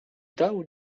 dał